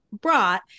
brought